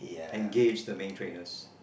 engaged the main trainers